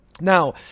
Now